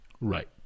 Right